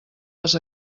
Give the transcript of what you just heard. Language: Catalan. les